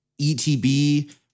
etb